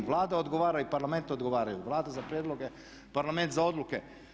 Vlada odgovara i Parlament odgovaraju, Vlada za prijedloge a Parlament za odluke.